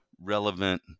relevant